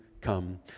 come